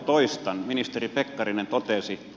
toistan ministeri pekkarinen totesi